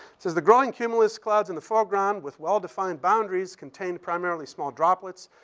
says the growing cumulus clouds in the foreground with well-defined boundaries contained primarily small droplets.